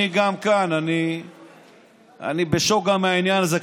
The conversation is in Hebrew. גם כאן אני בשוק מהעניין הזה.